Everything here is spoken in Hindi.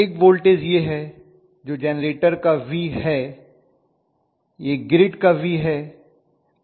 एक वोल्टेज यह है जो जेनरेटर का V है और यह ग्रिड का V है